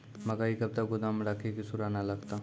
मकई कब तक गोदाम राखि की सूड़ा न लगता?